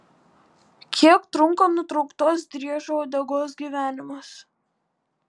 kiek trunka nutrauktos driežo uodegos gyvenimas